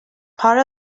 part